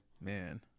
Man